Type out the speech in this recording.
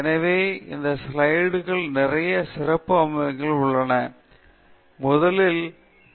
நான் ஒரு ஸ்லைடுக்குள் தூக்கி எறியக்கூடிய சிறப்பு விளைவுகளை உங்களுக்கு காண்பிக்க மிகைப்படுத்தியுள்ளேன்